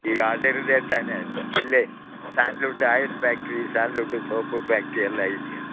ಈಗ ಅದೆ ರೀತಿ ತಾನೆ ಇಲ್ಲಿ ಸ್ಯಾಂಡ್ಲುಡ್ ಆಯಿಲ್ ಫ್ಯಾಕ್ಟ್ರಿ ಸ್ಯಾಂಡ್ಲುಡ್ದು ಸೋಪು ಫ್ಯಾಕ್ಟ್ರಿ ಎಲ್ಲ ಇದ್ಯಲ್ಲ